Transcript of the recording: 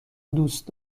دوست